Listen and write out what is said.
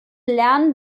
lernen